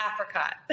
apricot